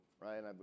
Right